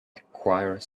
acquire